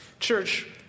Church